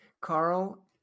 Carl